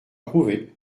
prouvé